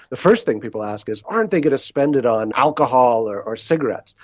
the first thing people ask is aren't they going to spend it on alcohol or or cigarettes?